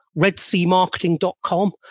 redseamarketing.com